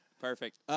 Perfect